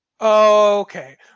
Okay